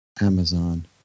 Amazon